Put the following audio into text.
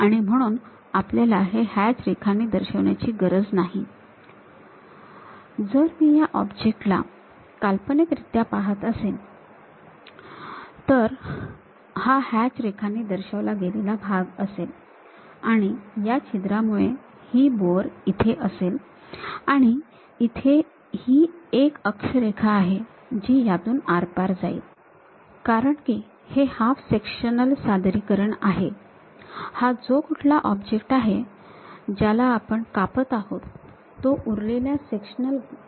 आणि म्हणून आपल्याला हे हॅच रेखांनी दाखवायची गरज नाहीतर जर मी या ऑब्जेक्ट ला काल्पनिकरीत्या पाहत असेन तर हा हॅच रेखांनी दर्शविलेला भाग असेल आणि या छिद्रामुळे ही बोअर इथे असेल आणि इथे हि एक अक्ष रेखा आहे जी यातून आरपार जाईल कारण की हे हाफ सेक्शनल सादरीकरण आहे हा जो कुठला ऑब्जेक्ट आहे ज्याला आपण कापत आहोत तो उरलेल्या सेक्शनल गोष्टींशी जुळवून घेईल